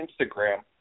Instagram